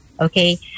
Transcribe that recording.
Okay